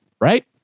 Right